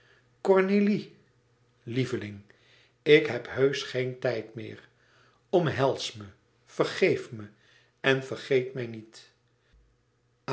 cornélie lieveling ik heb heusch geen tijd meer omhels me vergeef me en vergeet mij niet